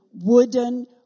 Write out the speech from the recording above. wooden